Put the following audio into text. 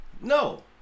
No